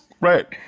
Right